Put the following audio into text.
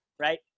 right